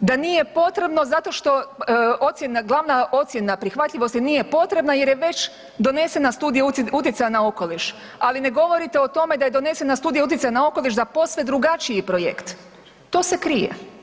da nije potrebno zato što ocjena, glavna ocjena prihvatljivosti nije potrebna jer je već donesena studija utjecaja na okoliš, ali ne govorite o tome da je donesena studija utjecaja na okoliš za posve drugačiji projekt, to se krije.